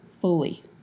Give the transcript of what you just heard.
fully